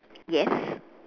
yes